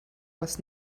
was